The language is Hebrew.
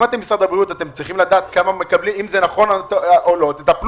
כמשרד הבריאות אתם צריכים לדעת אם זה נכון או לא ולטפל